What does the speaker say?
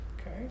Okay